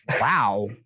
Wow